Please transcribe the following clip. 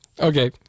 okay